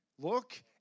Look